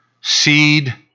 Seed